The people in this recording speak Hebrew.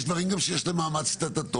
יש דברים שגם יש להם מעמד סטטוטורי,